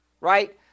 Right